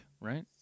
right